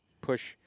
push